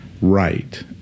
right